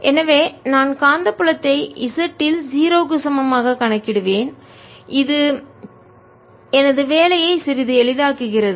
எனவே நான் காந்தப்புலத்தை z இல் 0 க்கு சமமாக கணக்கிடுவேன் இது எனது வேலையை சிறிது எளிதாக்குகிறது